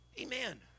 Amen